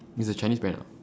it's a chinese brand ah